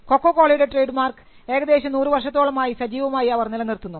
കൊക്കകോളയുടെ trade mark ഏകദേശം 100 വർഷത്തോളമായി സജീവമായി അവർ നിലനിർത്തുന്നു